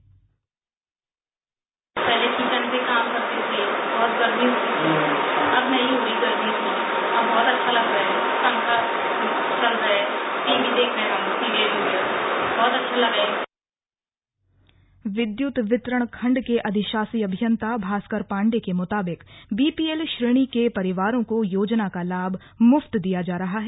निधि देवी लाभार्थी विद्युत वितरण खंड के अधिशासी अभियंता भास्कर पांडे के मुताबिक बीपीएल श्रेणी के परिवारों को योजना का लाभ मुफ्त दिया जा रहा है